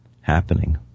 happening